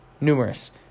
numerous